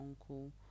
uncle